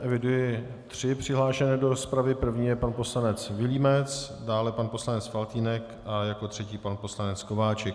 Eviduji tři přihlášené do rozpravy první je pan poslanec Vilímec, dále pan poslanec Faltýnek a jako třetí pan poslanec Kováčik.